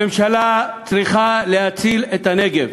הממשלה צריכה להציל את הנגב.